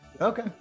Okay